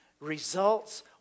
Results